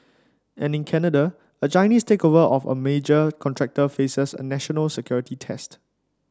and in Canada a Chinese takeover of a major contractor faces a national security test